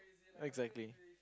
exactly